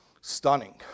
stunning